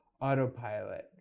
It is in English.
autopilot